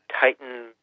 Titan